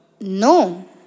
no